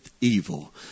evil